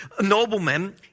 noblemen